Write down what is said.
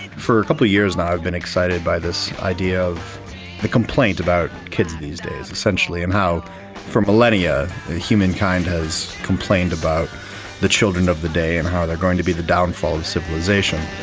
for a couple of years now i've been excited by this idea of the complaint about kids these days essentially, and how for millennia humankind has complained about the children of the day and how they are going to be the downfall of civilisation.